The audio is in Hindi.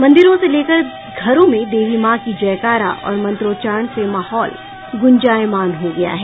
मंदिरों से लेकर घरों में देवी मां की जयकारा और मंत्रोचरण से माहौल गुंजायमान हो गया है